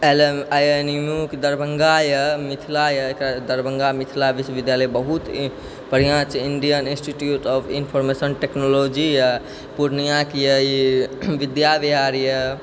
पहिले I M U Darbhanga यऽ मिथिला यऽ दरभंगा मिथिला विश्वविद्यालय बहुत बढ़िआँ छै Indian institute of information technology यऽ पूर्णियाके यऽ विद्या विहार यऽ